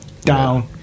down